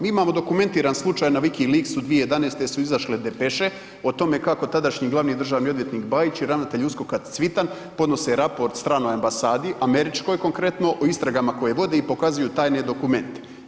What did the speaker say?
Mi imamo dokumentiran slučaj na WikiLeaksu 2011. su izašle depeše o tome kako tadašnji glavni državni odvjetnik Bajić i ravnatelj USKOK-a Cvitan podnose raport stranoj ambasadi američkoj konkretno o istragama koje vodi i pokazuju tajne dokumente.